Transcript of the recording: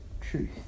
truth